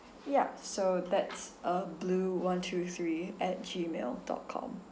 yup so that's uh blue one two three at G mail dot com